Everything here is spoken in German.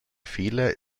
fehler